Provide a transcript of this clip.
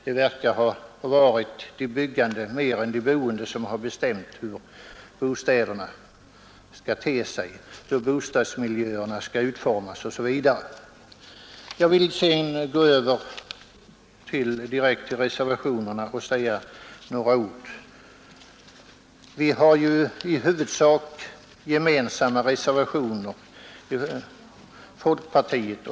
Det verkar att ha varit de byggande mer än de boende som bestämt hur bostäderna skall te sig, hur bostadsmiljöerna skall utformas OSV. Jag vill sedan gå över direkt till reservationerna. Folkpartiet och centerpartiet har ju i huvudsak gemensamma reservationer.